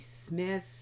smith